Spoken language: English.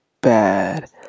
bad